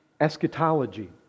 Eschatology